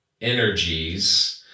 energies